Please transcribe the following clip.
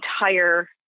entire